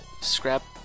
Scrap